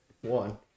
One